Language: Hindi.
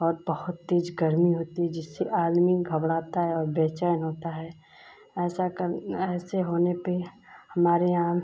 और बहुत तेज़ गर्मी होती है जिससे आदमी घबराता है और बेचैन होता है ऐसा कर ऐसे होने पर हमारे यहाँ